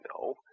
no